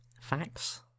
Facts